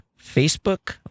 Facebook